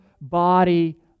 body